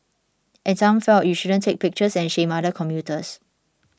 and some felt you shouldn't take pictures and shame other commuters